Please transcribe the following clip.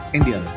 India